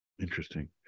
Interesting